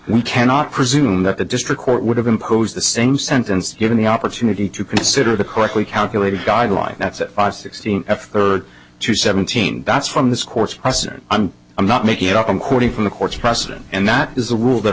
we cannot presume that the district court would have imposed the same sentence given the opportunity to consider the correctly calculated guideline that's at five sixteen f or two seventeen that's from this court's precedent and i'm not making it up i'm quoting from the court's precedent and that is a rule that